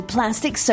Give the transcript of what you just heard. Plastic